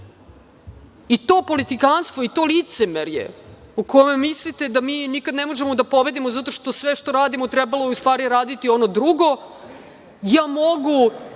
to politikanstvo, i to licemerje o kome mislite da mi nikada ne možemo da pobedimo zato što sve što radimo trebalo je u stvari raditi ono drugo. Ja mogu